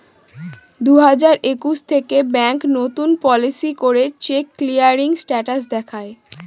দুই হাজার একুশ থেকে ব্যাঙ্ক নতুন পলিসি করে চেক ক্লিয়ারিং স্টেটাস দেখায়